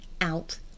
out